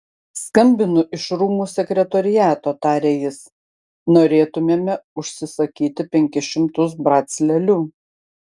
skambinu iš rūmų sekretoriato tarė jis norėtumėme užsisakyti penkis šimtus brac lėlių